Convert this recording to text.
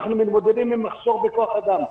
אנחנו מתמודדים עם מחסור בכוח אדם,